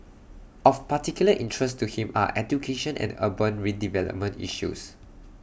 of particular interest to him are education and urban redevelopment issues